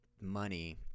money